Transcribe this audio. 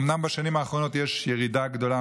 אומנם בשנים האחרונות יש ירידה גדולה